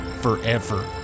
forever